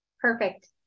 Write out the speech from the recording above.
Perfect